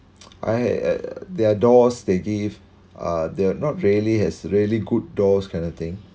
I uh their doors they give are they're not really has really good doors kind of thing